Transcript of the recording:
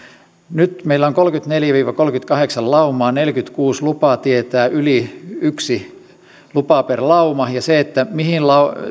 nyt meillä on kolmekymmentäneljä viiva kolmekymmentäkahdeksan laumaa neljäkymmentäkuusi lupaa tietää yli yhtä lupaa per lauma ja siinä mihin